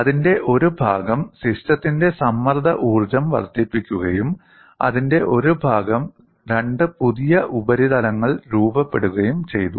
അതിന്റെ ഒരു ഭാഗം സിസ്റ്റത്തിന്റെ സമ്മർദ്ദ ഊർജ്ജം വർദ്ധിപ്പിക്കുകയും അതിന്റെ ഒരു ഭാഗം രണ്ട് പുതിയ ഉപരിതലങ്ങൾ രൂപപ്പെടുകയും ചെയ്തു